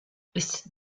ist